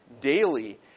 daily